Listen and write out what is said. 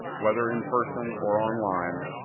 whether in person or online,